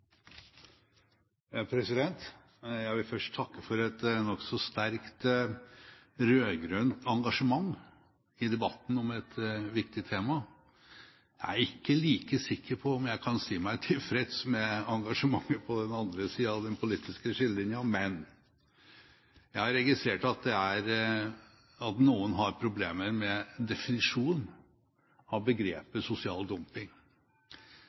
arbeidstakerne. Jeg vil først takke for et nokså sterkt rød-grønt engasjement i debatten om et viktig tema. Jeg er ikke like sikker på om jeg kan si meg tilfreds med engasjementet på den andre siden av den politiske skillelinjen. Men jeg har registrert at noen har problemer med definisjonen av begrepet «sosial dumping».